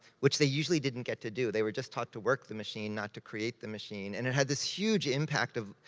which they usually didn't get to do. they were just taught to work the machine, not to create the machine. and it had this huge impact of,